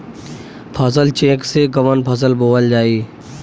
फसल चेकं से कवन फसल बोवल जाई?